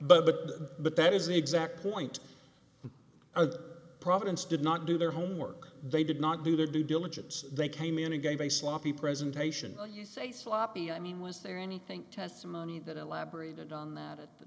but but but that is the exact point a providence did not do their homework they did not do their due diligence they came in and gave a sloppy presentation when you say sloppy i mean was there anything testimony that elaborated on that t